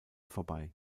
vorbei